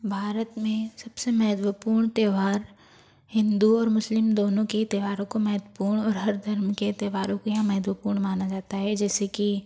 भारत में सबसे महत्वपूर्ण त्यौहार हिन्दू और मुस्लिम दोनों के त्यौहारो को महत्वपूर्ण और हर धर्म के त्यौहारों को यहाँ महत्वपूर्ण माना जाता है जैसे कि